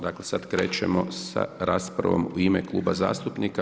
Dakle sada krećemo sa raspravom u ime Kluba zastupnika.